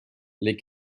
les